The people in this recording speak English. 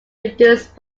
reduced